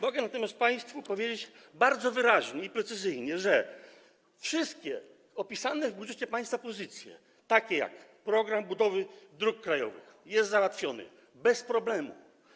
Mogę natomiast państwu powiedzieć bardzo wyraźnie i precyzyjnie, że wszystkie opisane w budżecie państwa pozycje, takie jak program budowy dróg krajowych, są załatwione, bez problemu.